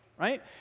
right